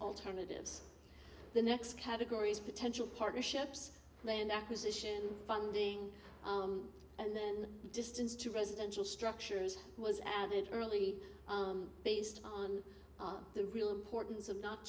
alternatives the next categories of potential partnerships land acquisition funding and then distance to residential structures was added early based on the real importance of not